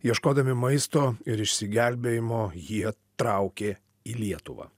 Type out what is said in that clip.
ieškodami maisto ir išsigelbėjimo jie traukė į lietuvą